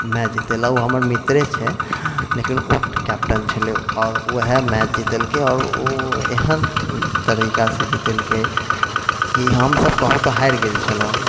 match जितेलक ओ हमर मित्रे छै लेकिन ओ कैप्टन छलै आओर वएह मैच जितेलकै आओर ओ एहन तरिकासँ जितेलकै कि हमसब कहू तऽ हारि गेल छलहुँ